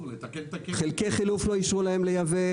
חלקי חילוף לא אישרו להם לייבא,